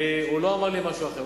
הוא לא אמר לי משהו אחר.